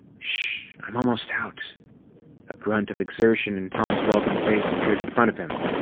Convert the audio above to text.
shh! i'm almost out a grunt of exertion and tom's welcome face appeared in front of him,